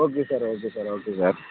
okay sir okay sir okay sir